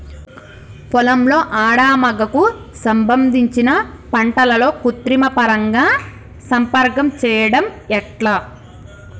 పొలంలో మగ ఆడ కు సంబంధించిన పంటలలో కృత్రిమ పరంగా సంపర్కం చెయ్యడం ఎట్ల?